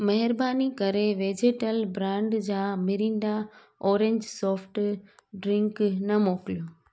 महिरबानी करे vegetal brand जा मिरिंडा ऑरेंज सॉफ्ट ड्रिंक न मोकिलियो